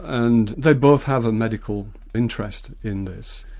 and they both have a medical interest in this.